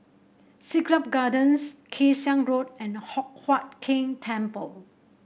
Siglap Gardens Kay Siang Road and Hock Huat Keng Temple